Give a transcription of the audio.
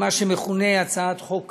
מה שמכונה הצעת חוק קצא"א,